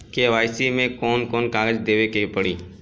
KYC मे कौन कौन कागज देवे के पड़ी?